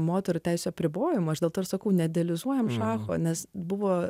moterų teisių apribojimo aš dėl to ir sakau neidealizuojame šacho nes buvo